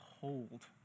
hold